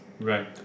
Right